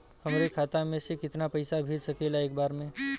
हमरे खाता में से कितना पईसा भेज सकेला एक बार में?